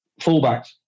fullbacks